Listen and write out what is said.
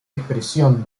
expresión